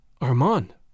Armand